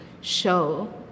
show